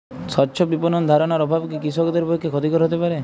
স্বচ্ছ বিপণন ধারণার অভাব কি কৃষকদের পক্ষে ক্ষতিকর হতে পারে?